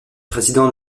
président